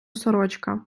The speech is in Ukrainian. сорочка